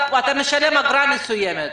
אתה משלם אגרה מסוימת.